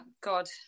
God